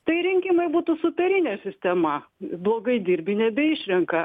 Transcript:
tai rinkimai būtų superinė sistema blogai dirbi nebeišrenka